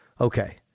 Okay